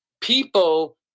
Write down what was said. people